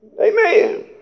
Amen